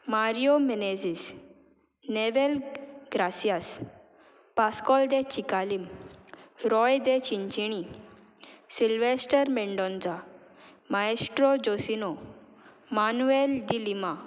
Mario Menezes Nevel Gracias Pascoal de Chicalim Roy de Chinchinim Sylvester Mendonca Maestro Josinho Manuel D'Lima